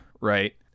right